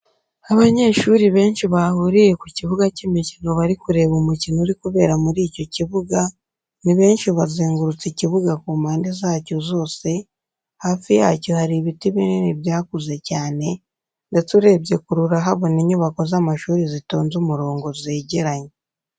Abanyeshuri benshi bahuriye ku kibuga cy'imikino bari kureba umukino uri kubera muri icyo kibuga, ni benshi bazengurutse ikibuga ku mpande zacyo zose, hafi yacyo hari ibiti binini byakuze cyane ndetse urebye kure urahabona inyubako z'amashuri zitonze umurongo zegeranye.